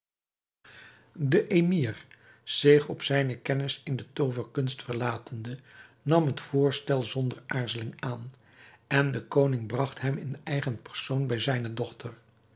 de emir zich op zijne kennis in de tooverkunst verlatende nam het voorstel zonder aarzeling aan en de koning bragt hem in eigen persoon bij zijne dochter